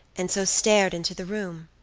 and so stared into the room.